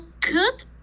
good